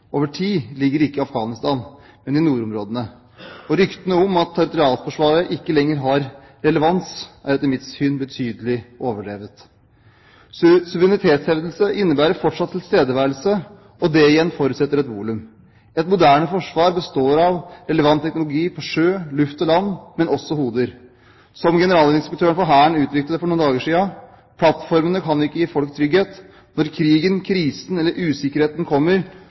over tid ligger ikke i Afghanistan, men i nordområdene. Ryktene om at territorialforsvaret ikke lenger har relevans, er etter mitt syn betydelig overdrevne. Suverenitetshevdelse innebærer fortsatt tilstedeværelse, og det igjen forutsetter et volum. Et moderne forsvar består av relevant teknologi på sjø, luft og land, men også hoder. Som Generalinspektøren for Hæren uttrykte det for noen dager siden: «Plattformene kan ikke gi folk trygghet. Når krigen, krisen eller usikkerheten kommer,